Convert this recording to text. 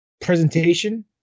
presentation